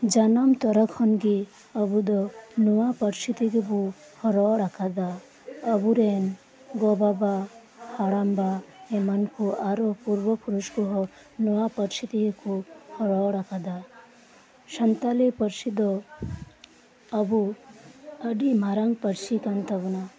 ᱡᱟᱱᱟᱢ ᱛᱚᱨᱟ ᱠᱷᱚᱱ ᱜᱮ ᱟᱵᱚ ᱫᱚ ᱱᱚᱶᱟ ᱯᱟᱨᱥᱤ ᱛᱮᱜᱮ ᱵᱚ ᱨᱚᱲ ᱟᱠᱟᱫᱟ ᱟᱵᱚᱨᱮᱱ ᱜᱚᱼᱵᱟᱵᱟ ᱦᱟᱲᱟᱢ ᱵᱟ ᱮᱢᱟᱱ ᱠᱚ ᱠᱚ ᱟᱨᱚ ᱯᱩᱨᱵᱚ ᱯᱩᱨᱩᱥ ᱠᱚ ᱱᱚᱶᱟ ᱯᱟᱨᱥᱤ ᱛᱮᱜᱮ ᱠᱚ ᱨᱚᱲ ᱟᱠᱟᱫᱟ ᱥᱟᱱᱛᱟᱞᱤ ᱯᱟᱨᱥᱤ ᱫᱚ ᱟᱵᱚ ᱟᱰᱤ ᱢᱟᱨᱟᱝ ᱯᱟᱨᱥᱤ ᱠᱟᱱ ᱛᱟᱵᱚᱱᱟ